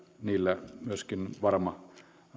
myöskin varma